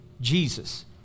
Jesus